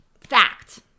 Fact